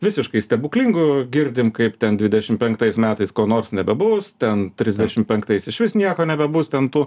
visiškai stebuklingų girdim kaip ten dvidešim penktais metais ko nors nebebus ten trisdešim penktais išvis nieko nebebus ten tų